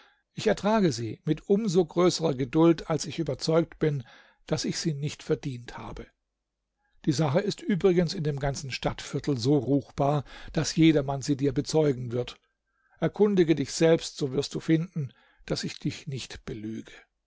ich ertrage sie mit um so größerer geduld als ich überzeugt bin daß ich sie nicht verdient habe die sache ist übrigens in dem ganzen stadtviertel so ruchbar daß jedermann sie dir bezeugen wird erkundige dich selbst so wirst du finden daß ich dich nicht belüge